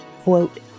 quote